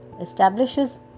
establishes